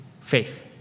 faith